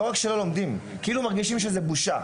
לא רק שלא לומדים, אלא כאילו מרגישים שזוהי בושה.